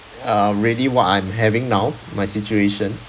uh really what I'm having now my situation